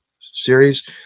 series